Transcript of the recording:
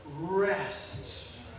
rest